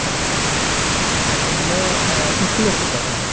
হাজার টাকা আচ্ছা আমরা দক্ষিণেশ্বর যাবো দাদা